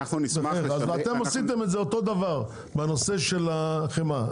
אתם עשיתם אותו דבר בנושא החמאה,